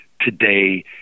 today